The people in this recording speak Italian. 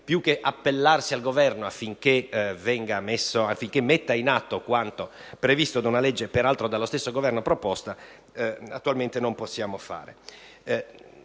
Più che appellarsi al Governo affinché metta in atto quanto previsto da una legge, peraltro dallo stesso Governo proposta, oggi non possiamo fare.